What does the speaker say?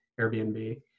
Airbnb